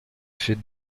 fait